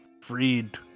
freed